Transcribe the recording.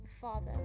father